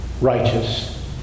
righteous